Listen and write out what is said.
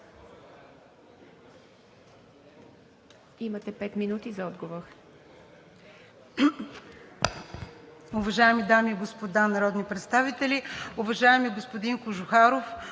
имате пет минути за отговор.